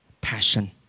passion